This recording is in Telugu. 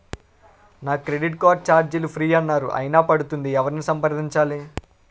నా క్రెడిట్ కార్డ్ ఛార్జీలు ఫ్రీ అన్నారు అయినా పడుతుంది ఎవరిని సంప్రదించాలి?